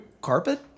carpet